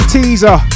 Teaser